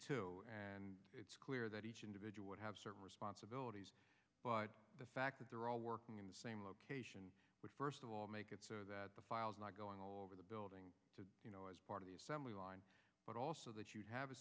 too and it's clear that each individual would have certain responsibilities but the fact that they're all working in the same location but first of all make it so that the files not going all over the building to you know as part of the assembly line but also that you have a